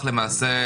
מייצר תחלואה.